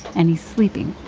and he's sleeping.